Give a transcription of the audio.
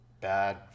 Bad